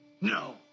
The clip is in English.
No